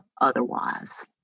otherwise